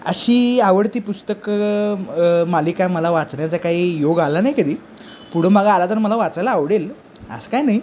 अशी आवडती पुस्तकं मालिका मला वाचण्याचा काही योग आला नाही कधी पुढं मागं आला तर मला वाचायला आवडेल असं काय नाही